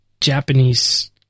Japanese